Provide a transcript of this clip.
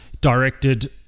directed